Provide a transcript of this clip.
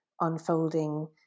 unfolding